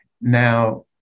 Now –